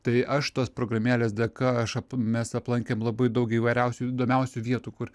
tai aš tos programėlės dėka aš mes aplankėm labai daug įvairiausių įdomiausių vietų kur